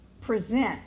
present